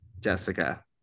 Jessica